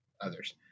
others